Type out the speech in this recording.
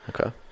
Okay